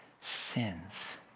sins